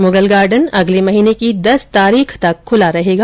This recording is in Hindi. मुगल गार्डन अगले महीने की दस तारीख तक खुला रहेगा